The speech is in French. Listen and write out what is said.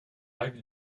lacs